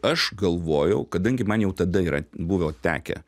aš galvojau kadangi man jau tada yra buvo tekę